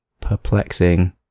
Perplexing